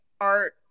art